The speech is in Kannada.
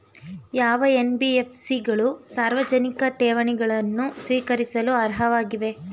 ಯಾವ ಎನ್.ಬಿ.ಎಫ್.ಸಿ ಗಳು ಸಾರ್ವಜನಿಕ ಠೇವಣಿಗಳನ್ನು ಸ್ವೀಕರಿಸಲು ಅರ್ಹವಾಗಿವೆ?